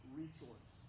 resource